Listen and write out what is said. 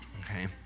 Okay